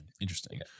interesting